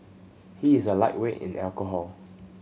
he is a lightweight in alcohol